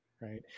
right